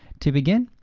to begin,